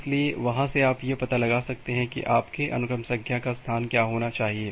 इसलिए वहां से आप यह पता लगा सकते हैं कि आपके अनुक्रम संख्या का स्थान क्या होना चाहिए